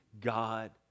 God